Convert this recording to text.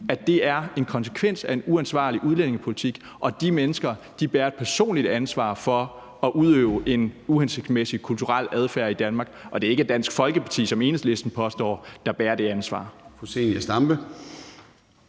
at det er en konsekvens af en uansvarlig udlændingepolitik, og at de mennesker bærer et personligt ansvar for at udøve en uhensigtsmæssig kulturel adfærd i Danmark, og at det ikke er Dansk Folkeparti, som Enhedslisten påstår, der bærer det ansvar?